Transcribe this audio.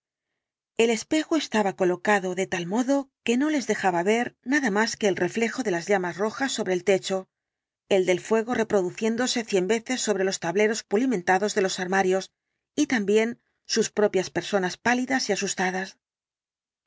el espejo estaba colocado de tal modo que no les dejaba ver nada más que el reflejo de las llamas rojas sobre el techo el del fuego reproduciéndose cien veces sobre los tableros pulimentados de los armarios y también sus propias personas pálidas y asustadas